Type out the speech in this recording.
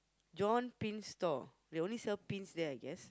John Pin store they only sell pins there I guess